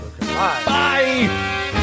Bye